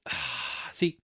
See